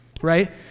Right